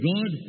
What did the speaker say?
God